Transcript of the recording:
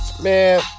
Man